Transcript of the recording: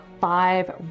five